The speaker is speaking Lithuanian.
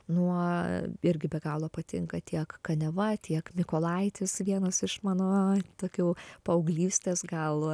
nuo irgi be galo patinka tiek kaniava tiek mykolaitis vienas iš mano tokių paauglystės gal